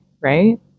Right